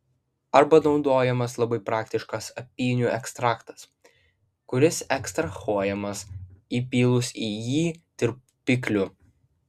arba naudojamas labai praktiškas apynių ekstraktas kuris ekstrahuojamas įpylus į jį tirpiklių